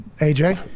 AJ